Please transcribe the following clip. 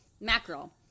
mackerel